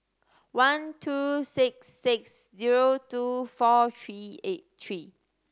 one two six six zero two four three eight three